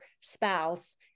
spouse